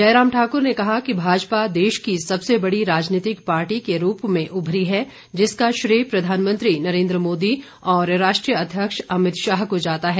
जयराम ठाकुर ने कहा कि भाजपा देश की सबसे बड़ी राजनीतिक पार्टी के रूप में उमरी है जिसका श्रेय प्रधानमंत्री नरेन्द्र मोदी और राष्ट्रीय अध्यक्ष अमित शाह को जाता है